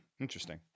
Interesting